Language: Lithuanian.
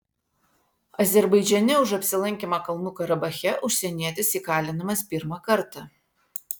azerbaidžane už apsilankymą kalnų karabache užsienietis įkalinamas pirmą kartą